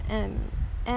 and